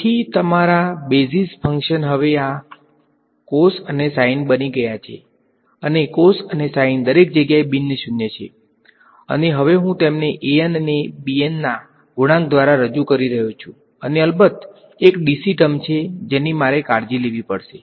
તેથી તમારા basis function હવે આ cos અને sin બની ગયા છે અને cos અને sin દરેક જગ્યાએ બિનશૂન્ય છે અને હવે હું તેમને અને ના ગુણાંક દ્વારા રજૂ કરી રહ્યો છું અને અલબત્ત એક ડીસી ટર્મ છે જેની મારે કાળજી લેવી પડશે